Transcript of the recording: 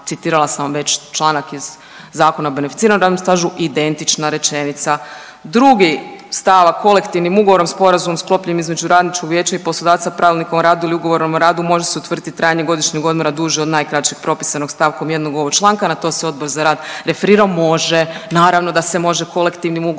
Citirala sam vam već članak iz Zakona o beneficiranom radnom stažu, identična rečenica. Drugi stavak, kolektivnim ugovorom sporazum sklopljen između radničkog vijeća i poslodavca pravilnikom o radu ili ugovorom o radu može se utvrditi trajanje godišnjeg odmora duže od najkraćeg propisanog stavkom 1. ovog članka. Na to se Odbor za rad referirao, može. Naravno da se može kolektivnim ugovorima